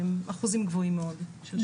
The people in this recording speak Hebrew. אחוזים גבוהים מאוד.